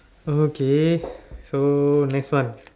okay so next one